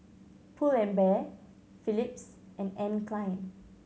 Pull And Bear Philips and Anne Klein